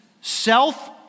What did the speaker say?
self